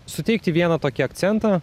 suteikti vieną tokį akcentą